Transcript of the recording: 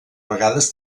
vegades